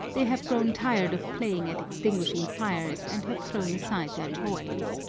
they have grown tired of playing at extinguishing fires and have thrown aside their toys.